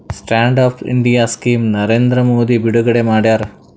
stand up India scheme Narendra Modi ಬಿಡುಗಡೆ ಮಾಡ್ಯಾರ